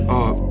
up